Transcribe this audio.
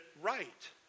right